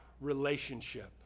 relationship